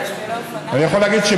אתה יכול לפרט כמה,